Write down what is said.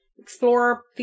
Explorer